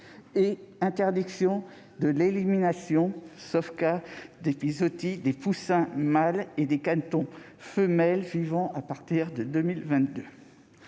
l'interdiction de l'élimination, sauf en cas d'épizootie, des poussins mâles et des canetons femelles vivants, à partir de 2022.